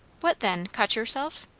what then? cut yourself?